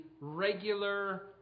regular